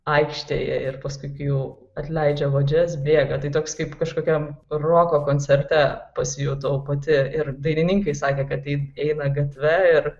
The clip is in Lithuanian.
aikštėje ir paskui kai jau atleidžia vadžias bėga tai toks kaip kažkokiam roko koncerte pasijutau pati ir dainininkai sakė kad taip eina gatve ir